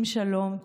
"שים שלום,